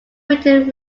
written